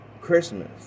Christmas